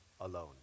alone